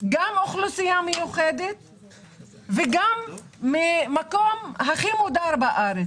מאוכלוסייה מיוחדת ומהמקום הכי מודר בארץ.